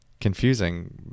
confusing